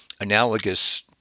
analogous